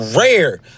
rare